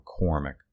McCormick